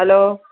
hello